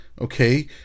okay